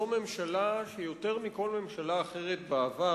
זו ממשלה שיותר מכל ממשלה אחרת בעבר,